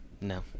No